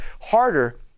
harder